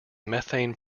methane